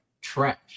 trash